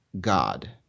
God